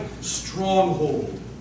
stronghold